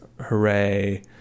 hooray